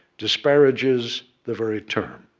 disparages the very term.